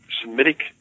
Semitic